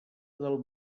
del